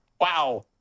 wow